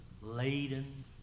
laden